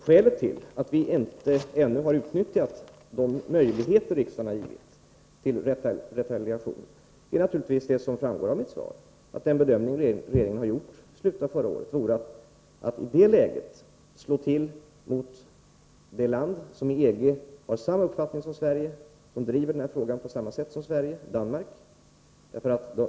Skälet till att vi ännu inte har utnyttjat de möjligheter till retaliation som riksdagen har givit är naturligtvis det som framgår av mitt svar, nämligen den bedömning regeringen gjorde i slutet av förra året, att det vore att i detta läge slå till mot det land som i EG har samma uppfattning som Sverige, som driver denna fråga på samma sätt som Sverige, dvs. Danmark.